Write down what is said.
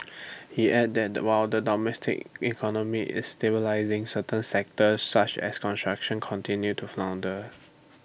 he added the while the domestic economy is stabilising certain sectors such as construction continue to flounder